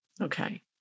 Okay